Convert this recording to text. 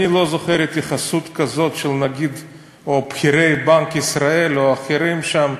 אני לא זוכר התייחסות כזאת של נגיד או בכירי בנק ישראל או אחרים שם,